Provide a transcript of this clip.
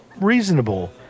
reasonable